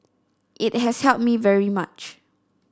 it has helped me very much